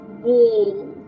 wall